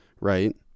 right